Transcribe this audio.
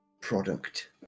product